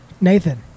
Nathan